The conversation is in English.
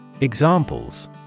Examples